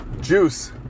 juice